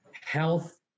health